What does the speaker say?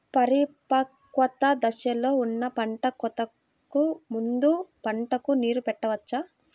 పరిపక్వత దశలో ఉన్న పంట కోతకు ముందు పంటకు నీరు పెట్టవచ్చా?